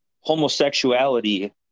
homosexuality